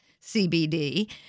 CBD